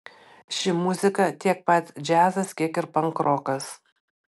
ši muzika tiek pat džiazas kiek ir pankrokas